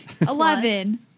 Eleven